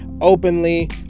openly